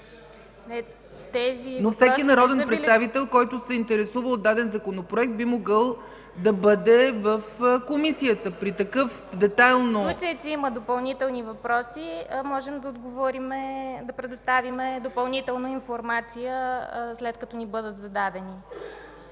Всеки народен представител, който се интересува от даден законопроект, би могъл да бъде в Комисията, при такъв детайлно... ДЕСИСЛАВА ГЕОРГИЕВА: В случай че има допълнителни въпроси, можем да отговорим и да предоставим допълнителна информация, след като ни бъдат зададени.